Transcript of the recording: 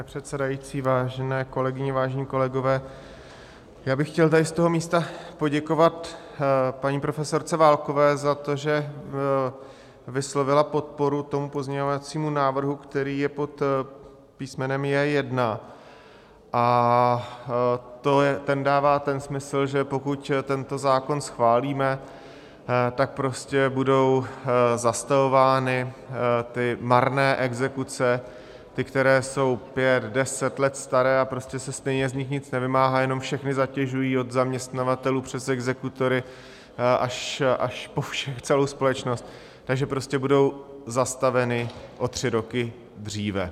Pane předsedající, vážené kolegyně, vážení kolegové, já bych chtěl tady z toho místa poděkovat paní profesorce Válkové za to, že vyslovila podporu pozměňovacímu návrhu, který je pod písmenem J1, a ten dává ten smysl, že pokud tento zákon schválíme, tak budou zastavovány ty marné exekuce, ty, které jsou pět, deset let staré a prostě se stejně z nich nic nevymáhá, jenom všechny zatěžují od zaměstnavatelů přes exekutory až po celou společnost, takže prostě budou zastaveny o tři roky dříve.